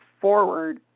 forward